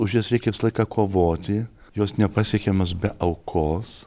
už jas reikia visą laiką kovoti jos nepasiekiamas be aukos